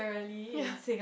ya